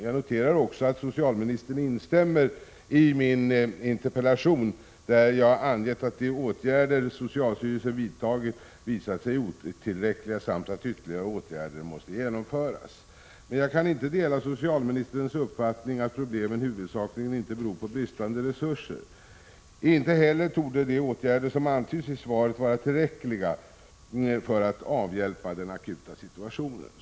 Jag noterar också att socialministern instämmer i min interpellation, där jag angett att de åtgärder socialstyrelsen vidtagit visat sig otillräckliga samt att ytterligare åtgärder måste genomföras. Men jag kan inte dela socialministerns uppfattning att problemen huvudsakligen inte beror på bristande resurser. Inte heller torde de åtgärder som antyds i svaret vara tillräckliga för att avhjälpa den akuta situationen.